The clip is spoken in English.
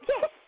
Yes